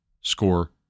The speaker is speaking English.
score